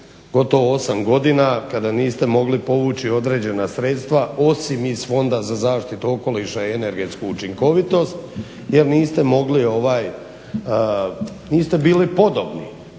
gotovo 8 godina kada niste mogli povući određena sredstva osim iz Fonda za zaštitu okoliša i energetsku učinkovitost jer niste bili podobni